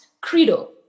credo